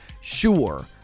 sure